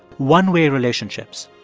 one-way relationships.